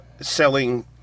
selling